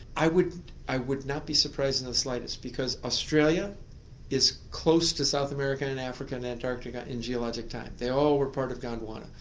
i would i would not be surprised in the slightest because australia is close to south america and africa and antarctica in geologic time, they all were part of gondwana.